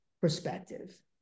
perspective